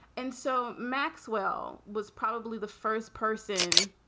and so maxwell was probably the first person.